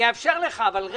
אני אאפשר לך, אבל רגע.